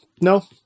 no